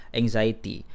anxiety